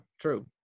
true